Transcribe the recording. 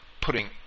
putting